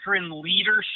leadership